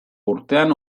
urtean